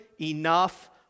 enough